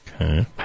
Okay